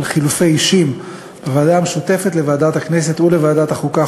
על חילופי אישים בוועדה המשותפת לוועדת הכנסת ולוועדת החוקה,